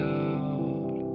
out